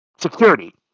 security